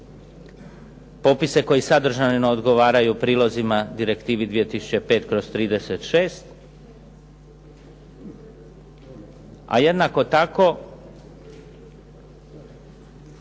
popise koji sadržajno odgovaraju prilozima direktivi 2005/36, a jednako tako